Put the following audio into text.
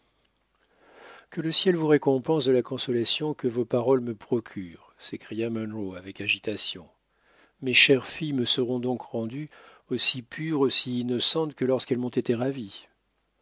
que le ciel vous récompense de la consolation que vos paroles me procurent s'écria munro avec agitation mes chères filles me seront donc rendues aussi pures aussi innocentes que lorsqu'elles m'ont été ravies